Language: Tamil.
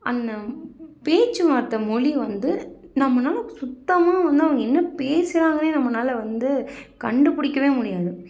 அந்த பேச்சு வார்த்தை மொழி வந்து நம்மளால் சுத்தமாக வந்து அவங்க என்ன பேசுகிறாங்கனே நம்மளால் வந்து கண்டுபிடிக்கவே முடியாது